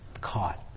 caught